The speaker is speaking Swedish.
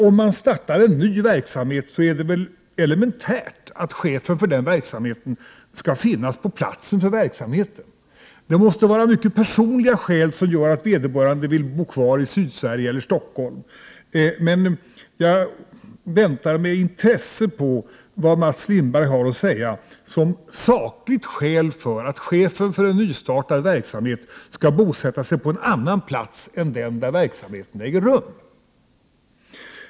Om man startar en ny verksamhet är det väl elementärt att chefen för denna verksamhet finns på platsen. Det måste vara mycket personliga skäl som gör att vederbörande vill bo kvar i Sydsverige eller i Stockholm. Jag väntar med intresse på att få höra vilka sakliga skäl Mats Lindberg har för att chefen för en nystartad verksamhet skall bosätta sig på en annan plats än den där verksamheten äger rum.